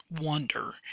wonder